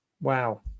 wow